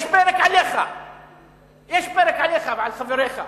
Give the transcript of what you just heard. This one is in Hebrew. יש פרק עליך ועל חבריך.